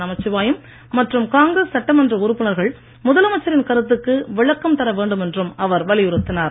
நமச்சிவாயம் மற்றும் காங்கிரஸ் சட்டமன்ற உறுப்பினர்கள் முதலமைச்சரின் கருத்துக்கு விளக்கம் பெற வேண்டும் என்றும் அவர் வலியுறுத்தினார்